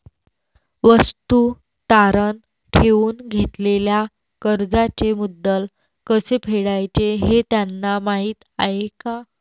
वस्तू तारण ठेवून घेतलेल्या कर्जाचे मुद्दल कसे फेडायचे हे त्यांना माहीत आहे का?